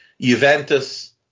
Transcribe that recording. Juventus